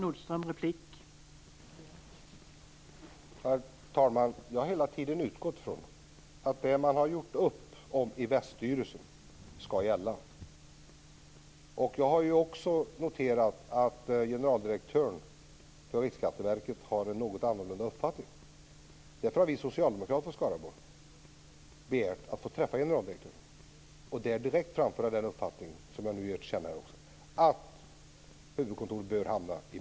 Herr talman! Jag har hela tiden utgått från att det som man har gjort upp om i Väststyrelsen skall gälla. Jag har också noterat att generaldirektören för Riksskatteverket har en något annan uppfattning. Vi socialdemokrater i Skaraborg har därför begärt att få träffa generaldirektören, så att vi direkt kan föra fram den uppfattning som jag här och nu ger till känna, nämligen att huvudkontoret bör hamna i Maristad.